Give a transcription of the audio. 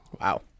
Wow